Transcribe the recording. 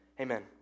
Amen